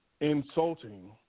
Insulting